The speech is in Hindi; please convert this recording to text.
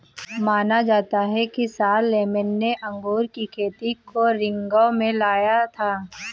माना जाता है कि शारलेमेन ने अंगूर की खेती को रिंगौ में लाया था